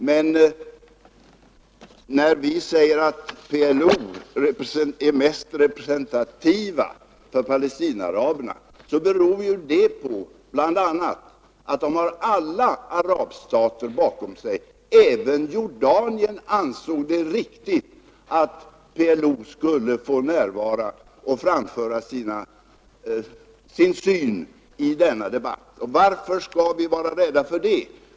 Men att vi säger att PLO är den mest respresentativa företrädaren för Palestinaaraberna beror bl.a. på att denna organisation har alla arabstater bakom sig. Även Jordanien ansåg det riktigt att PLO skulle få närvara och framföra sin syn i denna debatt. Och varför skall vi vara rädda för det?